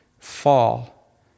fall